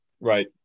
right